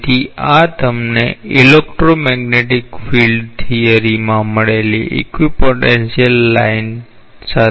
તેથી આ તમને ઇલેક્ટ્રોમેગ્નેટિક ફિલ્ડ થિયરીમાં મળેલી ઇક્વિપોટેન્શિયલ લાઇન સાથે ખૂબ સમાન છે